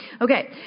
Okay